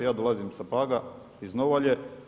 Ja dolazim sa Paga, iz Novalje.